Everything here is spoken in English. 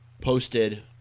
posted